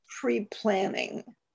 pre-planning